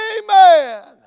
amen